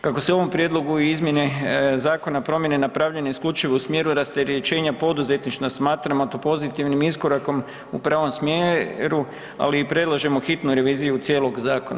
Kako su u ovom prijedlogu izmjene zakona promijene napravljene isključivo u smjeru rasterećenja poduzetništva, smatramo to pozitivnim iskorakom u pravom smjeru, ali i predlažemo hitnu reviziju cijelog zakona.